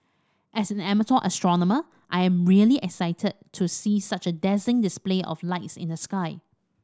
as an amateur astronomer I am really excited to see such a dazzling display of lights in the sky